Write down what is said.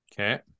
Okay